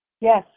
Yes